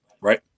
right